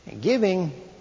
Giving